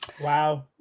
Wow